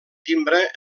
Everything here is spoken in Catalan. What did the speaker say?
timbre